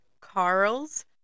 Carl's